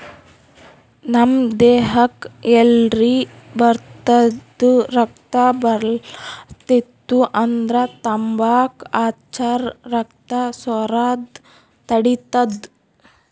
ನಮ್ ದೇಹಕ್ಕ್ ಎಲ್ರೆ ಬಡ್ದಿತ್ತು ರಕ್ತಾ ಬರ್ಲಾತಿತ್ತು ಅಂದ್ರ ತಂಬಾಕ್ ಹಚ್ಚರ್ ರಕ್ತಾ ಸೋರದ್ ತಡಿತದ್